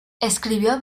escribió